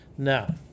Now